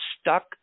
stuck